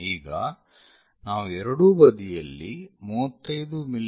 ಈಗ ನಾವು ಎರಡೂ ಬದಿಯಲ್ಲಿ 35 ಮಿ